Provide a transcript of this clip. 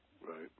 Right